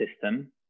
system